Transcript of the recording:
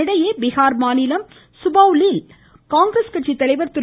இதனிடையே பீகார் மாநிலம் சூபௌலில் காங்கிரஸ் கட்சித்தலைவர் திரு